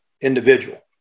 individual